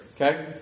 okay